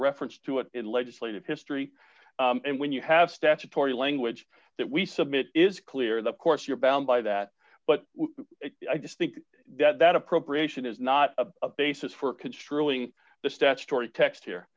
reference to it in legislative history and when you have statutory language that we submit is clear in the course you're bound by that but i just think that that appropriation is not a basis for construing the statutory text here